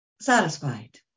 satisfied